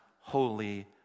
holy